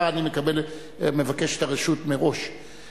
כבר אני מבקש את הרשות מראש.